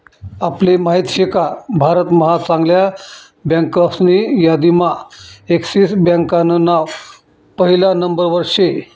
आपले माहित शेका भारत महा चांगल्या बँकासनी यादीम्हा एक्सिस बँकान नाव पहिला नंबरवर शे